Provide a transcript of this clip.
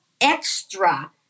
extra